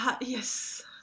yes